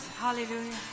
hallelujah